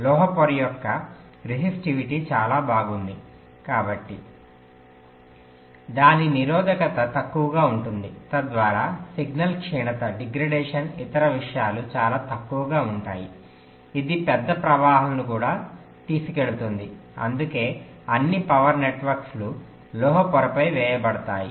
లోహ పొర యొక్క రెసిస్టివిటీ చాలా బాగుంది కాబట్టి దాని నిరోధకత తక్కువగా ఉంటుంది తద్వారా సిగ్నల్ క్షీణత ఇతర విషయాలు చాలా తక్కువగా ఉంటాయి ఇది పెద్ద ప్రవాహాలను కూడా తీసుకువెళుతుంది అందుకే అన్ని పవర్ నెట్వర్క్లు లోహ పొరపై వేయబడతాయి